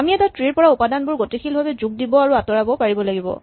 আমি এটা ট্ৰী ৰ পৰা উপাদানবোৰ গতিশীলভাৱে যোগ দিব আৰু আতঁৰাব পাৰিব লাগিব